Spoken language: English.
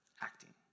acting